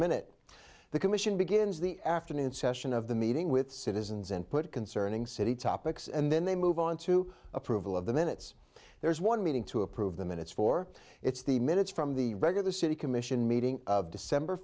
minute the commission begins the afternoon session of the meeting with citizens and put it concerning city topics and then they move on to approval of the minutes there is one meeting to approve the minutes for its the minutes from the regular city commission meeting of december